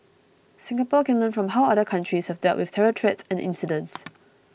Singapore can learn from how other countries have dealt with terror threats and incidents